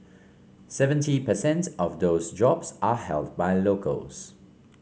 seventy per cent of those jobs are held by locals